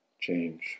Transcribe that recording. change